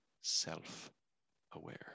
self-aware